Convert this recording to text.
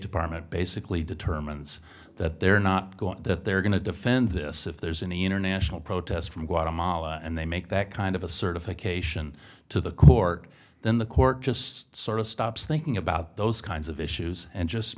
department basically determines that they're not going that they're going to defend this if there's any international protest from guatemala and they make that kind of a certification to the court then the court just sort of stops thinking about those kinds of issues and just